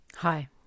Hi